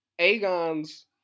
Aegon's